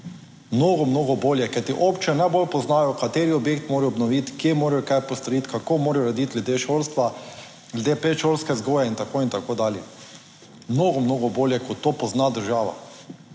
Mnogo, mnogo bolje, kajti občine najbolj poznajo, kateri objekt morajo obnoviti, kje morajo kaj postoriti, kako morajo urediti glede šolstva, glede predšolske vzgoje in tako in tako dalje. Mnogo, mnogo bolje kot to pozna država.